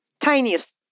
tiniest